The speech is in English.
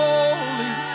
Holy